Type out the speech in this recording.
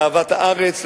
לאהבת הארץ,